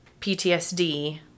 PTSD